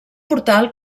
portal